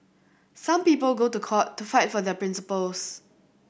some people go to court to fight for their principles